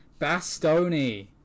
Bastoni